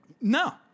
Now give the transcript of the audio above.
No